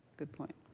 good point.